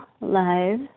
live